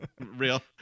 real